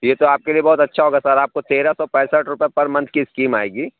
یہ سر آپ کے لیے بہت اچھا ہوگا سر آپ کو تیرہ سو پینسٹھ روپئے پر منتھ کی اسکیم آئے گی